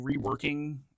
reworking